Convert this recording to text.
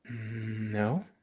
No